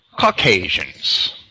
Caucasians